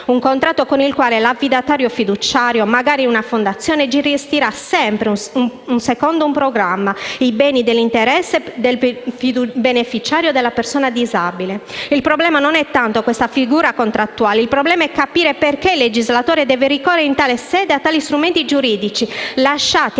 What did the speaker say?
un contratto con il quale l'affidatario fiduciario (magari una fondazione) gestirà, secondo un programma, i beni nell'interesse del beneficiario persona disabile. Il problema non è tanto questa figura contrattuale, quanto capire perché il legislatore deve ricorrere in tale sede a tali strumenti giuridici, lasciati